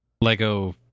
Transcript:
Lego